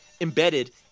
embedded